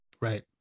Right